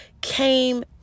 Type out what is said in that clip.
came